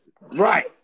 Right